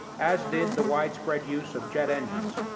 as did the widespread use of jet engines,